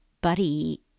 buddy